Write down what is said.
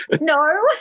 No